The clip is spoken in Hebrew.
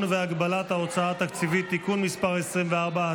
והגבלת ההוצאה התקציבית (תיקון מס' 24),